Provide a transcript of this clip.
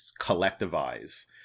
collectivize